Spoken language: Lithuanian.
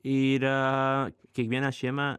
yra kiekviena šeima